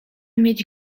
mieć